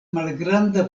malgranda